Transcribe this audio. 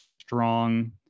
strong